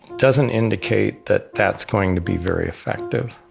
doesn't indicate that that's going to be very effective.